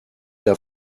der